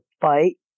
fight